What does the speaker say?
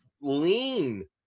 lean